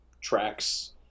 tracks